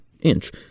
Inch